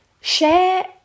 share